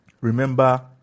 Remember